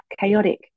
chaotic